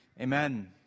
Amen